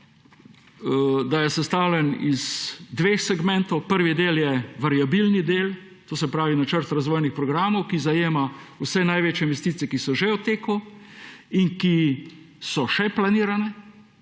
da je sestavljen iz dveh segmentov. Prvi del je variabilni del, to se pravi načrt razvojnih programov, ki zajema vse največje investicije, ki so že v teku in ki so še planirane.